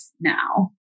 now